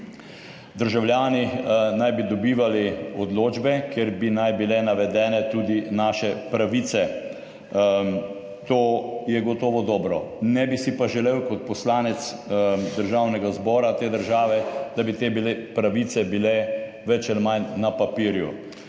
Državljani naj bi dobivali odločbe, kjer bi naj bile navedene tudi naše pravice. To je gotovo dobro. Ne bi si pa želel kot poslanec Državnega zbora te države, da bi bile te pravice več ali manj na papirju.